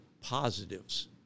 positives